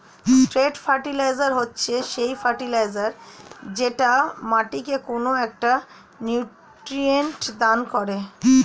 straight fertiliser হচ্ছে সেই fertiliser যেটা মাটিকে কোনো একটা নিউট্রিয়েন্ট দান করে